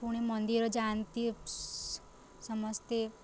ପୁଣି ମନ୍ଦିର ଯାଆନ୍ତି ସମସ୍ତେ